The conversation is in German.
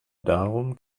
darum